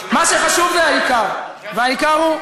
מה שחשוב זה העיקר, והעיקר הוא,